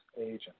agent